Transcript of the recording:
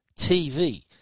TV